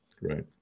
right